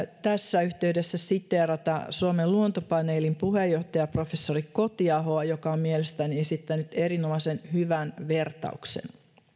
tässä yhteydessä siteerata suomen luontopaneelin puheenjohtajaa professori kotiahoa joka on mielestäni esittänyt erinomaisen hyvän vertauksen